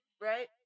right